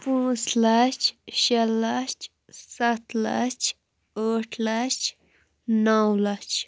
پانٛژھ لَچھ شےٚ لَچھ سَتھ لَچھ ٲٹھ لَچھ نَو لَچھ